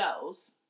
girls